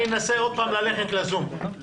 נתי ביאליסטוק-כהן, בבקשה.